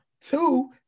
Two